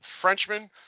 Frenchman